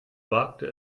wagte